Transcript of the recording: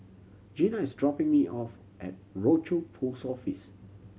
Gena is dropping me off at Rochor Post Office